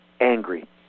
angry